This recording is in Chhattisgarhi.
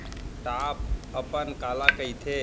टॉप अपन काला कहिथे?